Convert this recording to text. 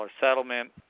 settlement